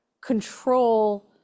control